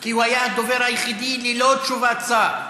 כי הוא היה הדובר היחיד, ללא תשובת שר.